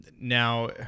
Now